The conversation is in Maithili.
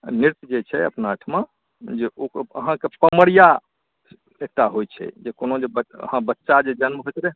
नृत्य जे छै अपना एहिठमा जे ओ अहाँकेँ पमरिआ एकटा होइत छै जे कोनो जे बच्चा जे जन्म होइत रहै